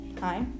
Hi